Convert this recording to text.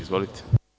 Izvolite.